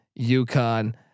UConn